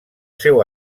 seu